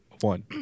One